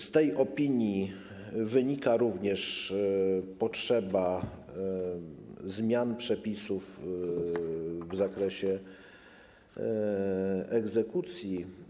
Z tej opinii wynika również potrzeba zmian przepisów w zakresie egzekucji.